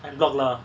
en bloc lah